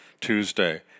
Tuesday